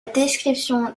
description